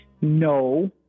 No